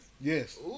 Yes